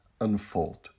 unfold